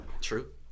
True